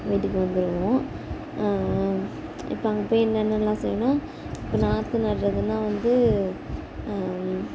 வீட்டுக்கு வந்துடுவோம் இப்போ அங்கே போய் என்னென்னலாம் செய்வோம்னா இப்போ நாற்று நடுறதுனா வந்து